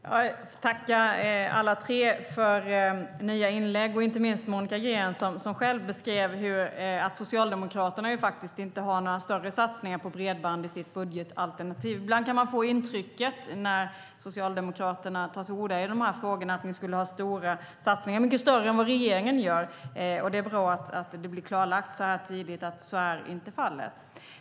Fru talman! Jag vill tacka alla tre för nya inlägg, och inte minst Monica Green som beskrev att Socialdemokraterna inte har några större satsningar på bredband i sitt budgetalternativ. Ibland kan man få det intrycket när Socialdemokraterna tar till orda i de här frågorna att ni skulle ha mycket större satsningar än vad regeringen har. Det är bra att det blir klarlagt så här tidigt att så inte är fallet.